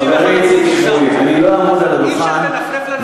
אי-אפשר לנפנף לנו,